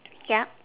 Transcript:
ya